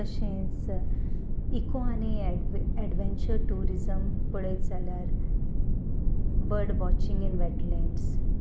तशेंच इको आनी and adventure tourism पळयत जाल्यार बर्ड वॉचींग इन वेटलँड्स